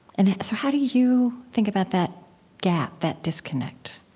and so how do you think about that gap, that disconnect?